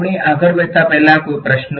આપણે આગળ વધતા પહેલા કોઈ પ્રશ્નો